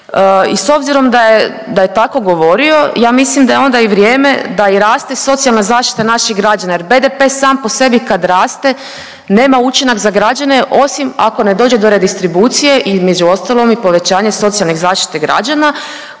i s obzirom da je tako govorio ja mislim da je onda i vrijeme da i raste socijalna zaštita naših građana jer BDP sam po sebi kad raste nema učinak za građane osim ako ne dođe do redistribucije između ostalog i povećanje socijalne zaštite građana